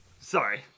Sorry